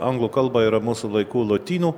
anglų kalba yra mūsų laikų lotynų